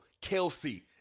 Kelsey